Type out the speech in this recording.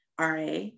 RA